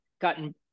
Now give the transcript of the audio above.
gotten